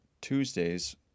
Tuesday's